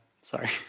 Sorry